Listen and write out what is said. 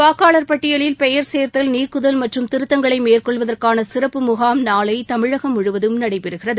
வாக்காளர் பட்டியலில் பெயர் சேர்த்தல் நீக்குதல் மற்றும் திருத்தங்களை மேற்கொள்வதற்கான சிறப்பு முகாம் நாளை தமிழகம் எங்கும் நடைபெறுகிறது